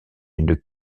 une